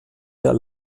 der